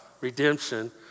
redemption